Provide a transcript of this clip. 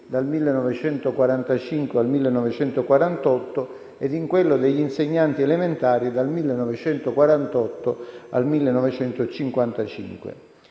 dal 1945 al 1948, e in quello degli insegnanti elementari, dal 1948 al 1955.